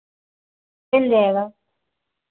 मिल जाएगा